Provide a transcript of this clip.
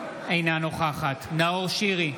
אינה נוכחת נאור שירי,